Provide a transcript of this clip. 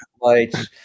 lights